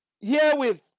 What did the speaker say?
herewith